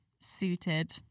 suited